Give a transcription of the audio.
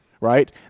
right